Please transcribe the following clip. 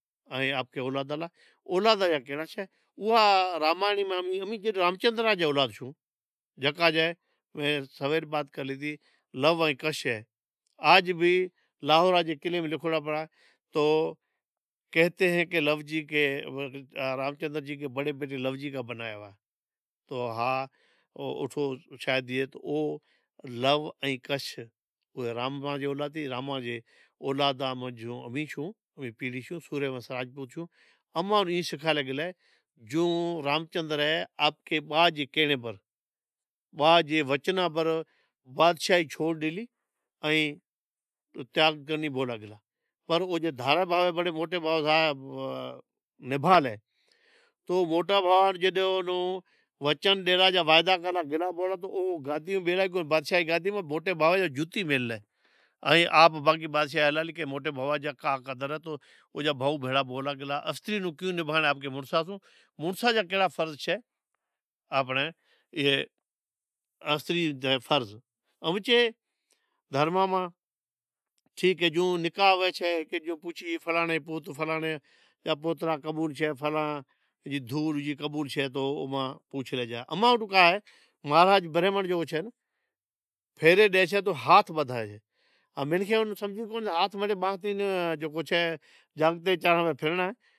اولاد الگ شے چھے رامائنڑ میں رامچندر رو اولاد چھے جیکو لو ائیں کش اہے آج بھی لاہور رے قلعے میں لکھا پڑا اے کہتے کہ لو جی"رامچندر کے بڑے بیٹے لو جی کا بنایا" ہوا تو اٹھو او لو ائیں کش رام جو اولاد اہیں تو رام جو اولاد جوئیں چھوں تو سوریہ ہنس راجپوت چھو تو رامچندر اے ما نی وچناں پر بادشاہی چھوڑ لی پر تو موٹا بھائی جو وعدا کرلا وچن کرے گیلا تو او گادی ماں موٹے باوے جی جوتی پڑلے ائیں آپ کا قدر ہتو استری جا کہڑا فرض چھے ائیں دھرماں ماں ٹھیک اے نکاح چھے فلانڑے فلانڑے را پوتر اقبول چھے اماں وٹ کا اے مہراج برہمنڑ جو اے پھیرے جو ڈیسے تو ہاتھ بدہائسے منکیاں جکو سمجھیں کونہیں ہاتھ جکو باندھے جکو چھے